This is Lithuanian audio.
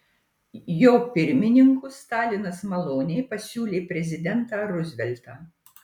jo pirmininku stalinas maloniai pasiūlė prezidentą ruzveltą